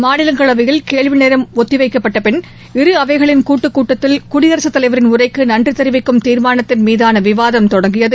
மாநிலங்களவையில் கேள்வி நேரம் ஒத்திவைக்கப்பட்ட பின் இரு அவைகளின் கூட்டுக்கூட்டத்தில குடியரசுத் தலைவரின் உரைக்கு நன்றி தெரிவிக்கும் தீர்மானத்தின் மீதான விவாதம் தொடங்கியது